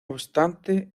obstante